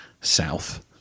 south